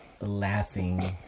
laughing